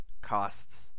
Costs